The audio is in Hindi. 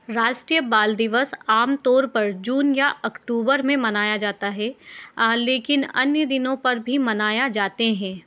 राष्ट्रीय बाल दिवस आमतौर पर जून या अक्टूबर में मनाया जाता है लेकिन अन्य दिनों पर भी मनाया जाते हैं